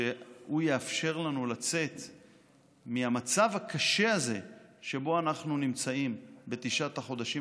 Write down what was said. שיאפשר לנו לצאת מהמצב הקשה הזה שבו אנחנו נמצאים בתשעת החודשים